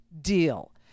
deal